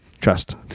trust